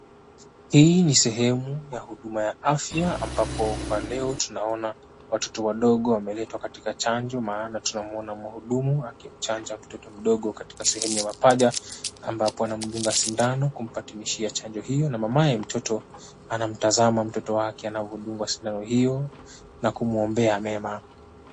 Hii ni sehemu ya huduma ya afya ambapo kwa leo tunaona watoto wadogo wameletwa katika chanjo maana tunamuona mhudumu akimchanja mtoto mdogo katika sehemu ya mapaja ambapo anamdunga sindano kumpatilishia chanjo hiyo na mamaye mtoto anamtazama mtoto wake anavyodungwa sindano hiyo na kumuombea mema.